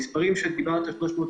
המספרים שדיברת קודם,